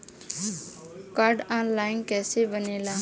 Card online कइसे बनेला?